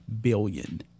billion